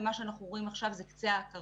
ומה שאנחנו רואים עכשיו זה קצה הקרחון.